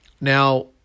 Now